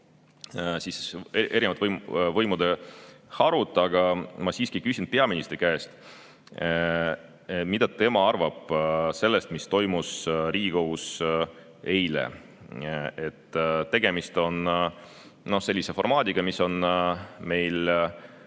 on erinevate võimude harud, aga ma siiski küsin peaministri käest, mida tema arvab sellest, mis toimus Riigikogus eile. Tegemist on sellise formaadiga, mis on meil